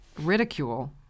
Ridicule